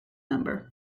number